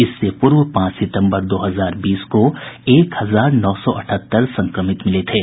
इससे पूर्व पांच सितम्बर दो हजार बीस को एक हजार नौ सौ अठहत्तर संक्रमित मिले थे